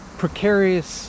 precarious